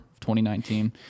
2019